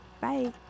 Bye